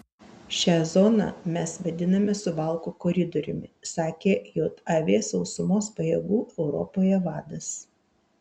šią zoną mes vadiname suvalkų koridoriumi sakė jav sausumos pajėgų europoje vadas